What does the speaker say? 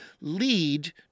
lead